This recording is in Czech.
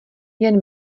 jen